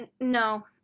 No